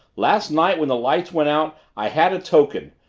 last night when the lights went out i had a token!